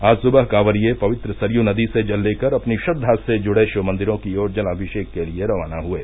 आज सुबह कांवरिये पवित्र सरयू नदी से जल लेकर अपनी श्रद्वा से जुड़े शिव मंदिरों की ओर जलामिषेक के लिये रवाना हुये